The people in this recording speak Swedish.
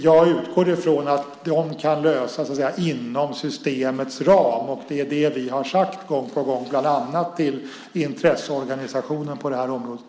Jag utgår från att frågan kan lösas inom systemets ram, och det är det vi har sagt gång på gång, bland annat till intresseorganisationen på området.